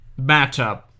matchup